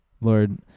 Lord